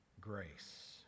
grace